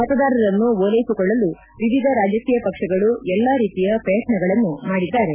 ಮತದಾರರನ್ನು ಓಲ್ಲೆಸಿಕೊಳ್ಳಲು ವಿವಿಧ ರಾಜಕೀಯ ಪಕ್ಷಗಳು ಎಲ್ಲಾ ರೀತಿಯ ಪ್ರಯತ್ನಗಳನ್ನು ಮಾಡಿದ್ದಾರೆ